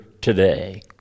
today